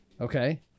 Okay